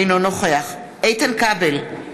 אינו נוכח איתן כבל, בעד